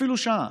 אפילו שעה,